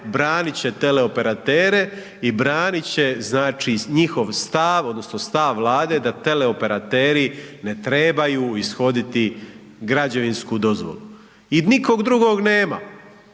branit će teleoperatere i branit će, znači, njihov stav odnosno stav Vlade da teleoperateri ne trebaju ishoditi građevinsku dozvolu i nikog drugog nema,